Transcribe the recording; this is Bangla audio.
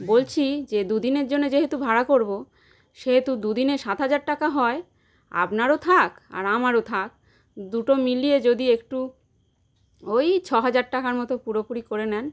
বলছি যে দু দিনের জন্য যেহেতু ভাড়া করবো সেহেতু দু দিনের সাত হাজার টাকা হয় আপনারও থাক আর আমারও থাক দুটো মিলিয়ে যদি একটু ওই ছ হাজার টাকার মতো পুরোপুরি করে নেন